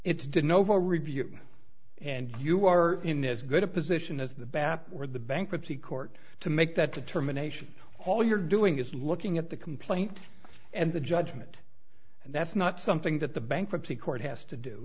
over review and you are in as good a position as the back where the bankruptcy court to make that determination all you're doing is looking at the complaint and the judgment and that's not something that the bankruptcy court has to do